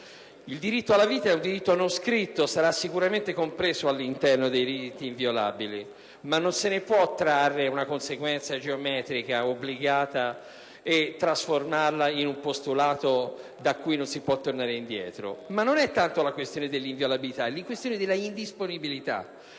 Il diritto alla vita è un diritto non scritto; sarà sicuramente compreso all'interno dei diritti inviolabili, ma non se ne può trarre una conseguenza geometrica obbligata e trasformarla in un postulato da cui non si può tornare indietro. Ma non è tanto sulla questione dell'inviolabilità che mi voglio soffermare,